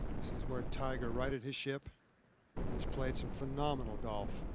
this is where tiger righted his ship and is played some phenomenal golf.